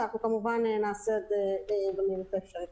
ואנחנו כמובן נעשה את זה במהירות האפשרית.